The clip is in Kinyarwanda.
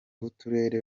b’uturere